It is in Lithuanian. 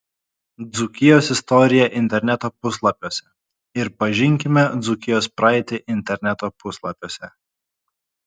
dzūkijos istorija interneto puslapiuose ir pažinkime dzūkijos praeitį interneto puslapiuose